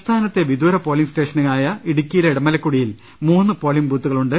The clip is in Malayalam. സംസ്ഥാനത്തെ വിദൂര പോളിംഗ് സ്റ്റേഷനായ ഇടുക്കിയിലെ ഇടമലക്കുടിയിൽ മൂന്ന് പോളിംഗ് ബൂത്തുകളുണ്ട്